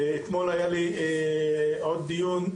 ואתמול היה לי עוד דיון.